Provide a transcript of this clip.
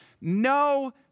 No